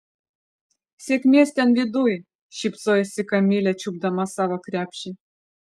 sėkmės ten viduj šypsojosi kamilė čiupdama savo krepšį